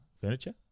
Furniture